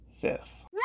fifth